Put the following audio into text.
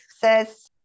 says